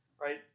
right